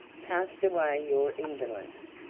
cast away your indolence,